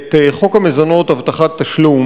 אז זו ההזדמנות שלי לפחות לברך